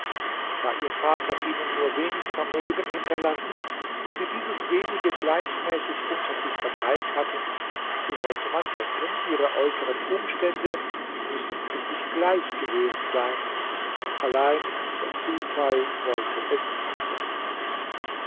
da ihr vater ihnen nur wenig vermögen hinterlassen und sie dieses wenige gleichmäßig unter sich verteilt hatten so sollte man denken ihre äußeren umstände müssen ziemlich gleich gewesen sein allein der zufall wollte es anders